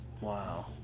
Wow